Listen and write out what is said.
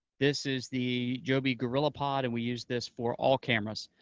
this is the joby gorillapod, and we use this for all cameras.